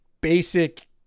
basic